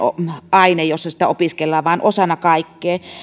aine jossa sitä opiskellaan vaan sen pitää olla osana kaikkea